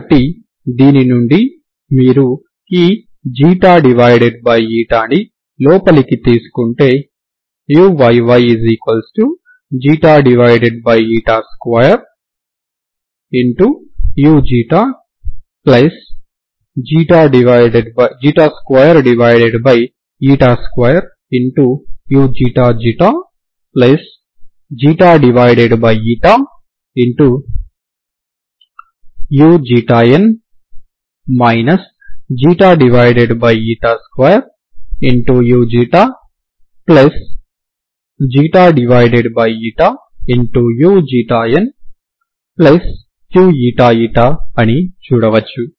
కాబట్టి దీని నుండి మీరు ఈ ని లోపలికి తీసుకుంటే uyy2u22uξξu 2uuuηη అని చూడవచ్చు